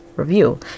review